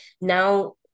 now